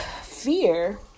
fear